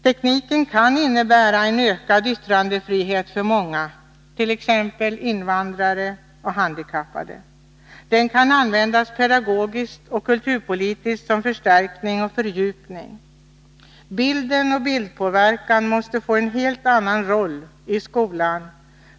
Tekniken kan innebära en ökad yttrandefrihet för många, t.ex. invandrare och handikappade. Den kan användas pedagogiskt och kulturpolitiskt som förstärkning och fördjupning. Bilden och bildpåverkan måste få en helt annan roll i skolan.